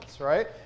right